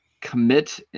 commit